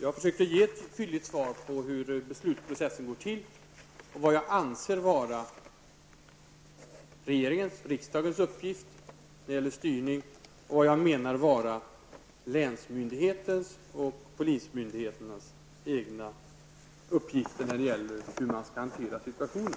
Jag försökte ge ett tydligt svar om hur beslutsprocessen går till, och vad jag anser vara regeringens och riksdagens uppgift när det gäller styrning och vad jag menar vara länsmyndighetens och polismyndigheternas egna uppgifter när det gäller hur man skall hantera situationen.